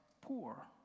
poor